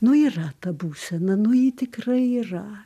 nu yra ta būsena nu ji tikrai yra